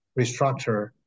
restructure